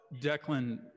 Declan